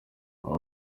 aba